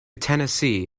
tennessee